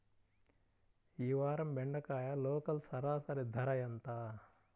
ఈ వారం బెండకాయ లోకల్ సరాసరి ధర ఎంత?